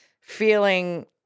feeling